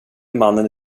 mannen